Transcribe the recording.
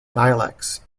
dialects